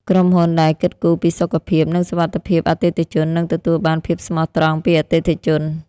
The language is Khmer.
ក្រុមហ៊ុនដែលគិតគូរពីសុខភាព និងសុវត្ថិភាពអតិថិជន នឹងទទួលបាន ភាពស្មោះត្រង់ ពីអតិថិជន។